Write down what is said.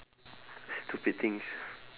stupid things